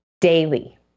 daily